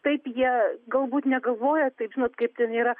taip jie galbūt negalvoja taip žinot kaip ten yra